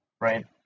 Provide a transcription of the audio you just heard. right